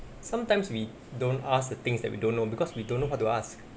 sometimes we don't ask the things that we don't know because we don't know how to ask